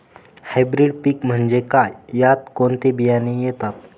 Hybrid पीक म्हणजे काय? यात कोणते बियाणे येतात?